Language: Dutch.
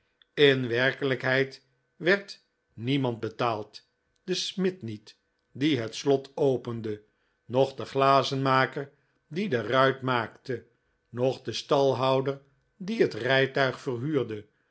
in werkelijkheid werd niemand betaald de smid niet die het slot opende noch de glazenmaker die de ruit maakte noch de stalhouder die het rijtuig verhuurde